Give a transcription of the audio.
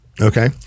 okay